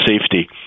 safety